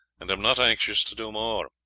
and am not anxious to do more.